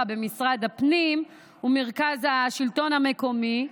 במשרד הפנים ומרכז השלטון המקומי,